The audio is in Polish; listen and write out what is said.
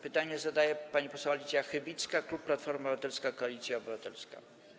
Pytanie zadaje pani poseł Alicja Chybicka, klub Platforma Obywatelska - Koalicja Obywatelska.